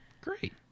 Great